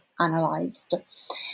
analyzed